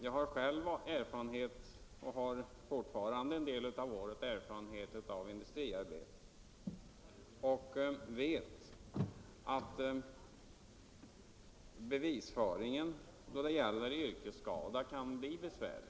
Jag har själv fortfarande en del av året erfarenhet av industriarbete, och jag vet att bevisföringen då det gäller yrkesskada kan bli besvärlig.